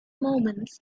moments